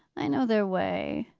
i know their way.